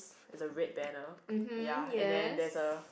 is a red banner ya and then there's a